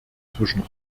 zwischen